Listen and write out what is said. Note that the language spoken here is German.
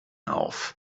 auf